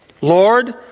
Lord